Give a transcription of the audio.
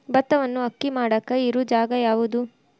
ಭತ್ತವನ್ನು ಅಕ್ಕಿ ಮಾಡಾಕ ಇರು ಜಾಗ ಯಾವುದು?